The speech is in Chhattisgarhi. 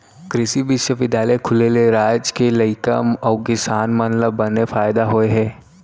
कृसि बिस्वबिद्यालय खुले ले राज के लइका अउ किसान मन ल बने फायदा होय हे